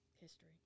History